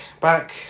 back